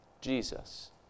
Jesus